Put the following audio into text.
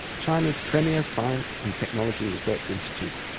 china's premier science and technology research institute.